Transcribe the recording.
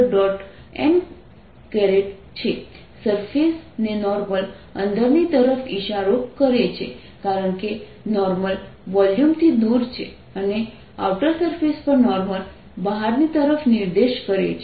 n છે સરફેસને normal અંદરની તરફ ઈશારો કરે છે કારણ કે નોર્મલ વોલ્યુમ થી દૂર છે અને આઉટર સરફેસ પર નોર્મલ બહારની તરફ નિર્દેશ કરે છે